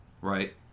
right